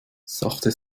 sachte